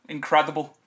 Incredible